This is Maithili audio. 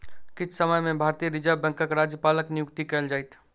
किछ समय में भारतीय रिज़र्व बैंकक राज्यपालक नियुक्ति कएल जाइत